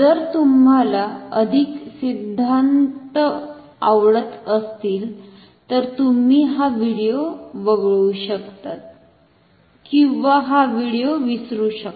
जर तुम्हाला अधिक सिद्धांत आवडत असतील तर तुम्ही हा व्हिडिओ वगळू किंवा हा व्हिडिओ विसरू शकता